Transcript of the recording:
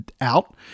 out